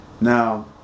now